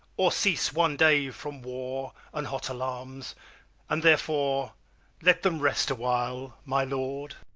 or cease one day from war and hot alarms and therefore let them rest a while, my lord.